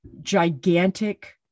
gigantic